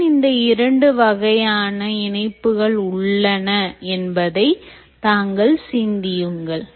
ஏன் இந்த இரண்டு வகையான இணைப்புகள் உள்ளன என்பதை தாங்கள் சிந்தியுங்கள்